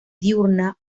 diurna